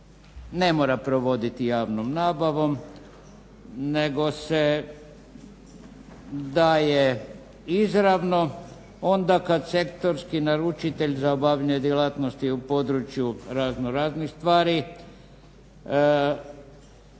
ne mora provoditi javnom nabavom, nego se daje izravno onda kad sektorski naručitelj za obavljanje djelatnosti u području razno raznih stvari